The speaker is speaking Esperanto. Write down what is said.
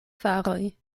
faroj